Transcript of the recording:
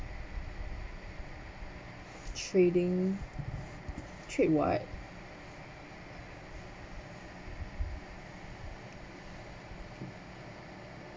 trading trade what